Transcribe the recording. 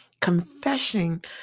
Confessing